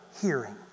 hearing